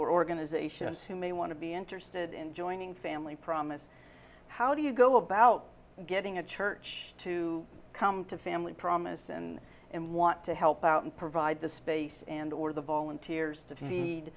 organizations who may want to be interested in joining family promise how do you go about getting a church to come to family promise and and want to help out and provide the space and or the volunteers to feed